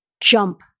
jump